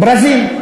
ברזים.